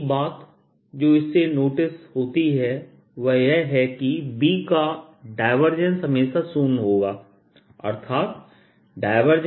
एक बात जो इससे नोटिस होती है वह यह कि B का डायवर्जेंस हमेशा शून्य होगा अर्थात B0